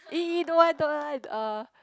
eh eh don't want don't want uh